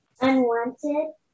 Unwanted